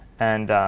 and